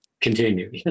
continue